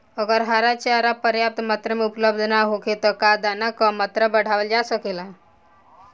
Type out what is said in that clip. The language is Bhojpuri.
अगर हरा चारा पर्याप्त मात्रा में उपलब्ध ना होखे त का दाना क मात्रा बढ़ावल जा सकेला?